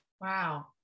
Wow